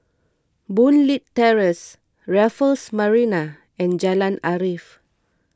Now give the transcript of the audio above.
Boon Leat Terrace Raffles Marina and Jalan Arif